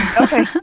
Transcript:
Okay